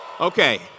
Okay